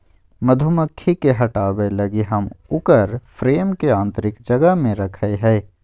मधुमक्खी के हटाबय लगी हम उकर फ्रेम के आतंरिक जगह में रखैय हइ